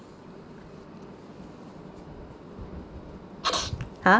!huh!